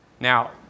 Now